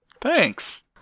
thanks